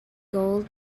gold